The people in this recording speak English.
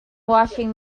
washing